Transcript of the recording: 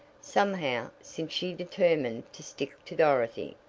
somehow, since she determined to stick to dorothy,